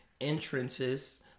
entrances